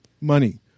money